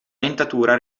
dentatura